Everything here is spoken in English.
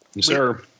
sir